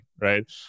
Right